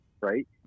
right